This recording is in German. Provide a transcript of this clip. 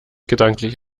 gedanklich